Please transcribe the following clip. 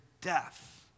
death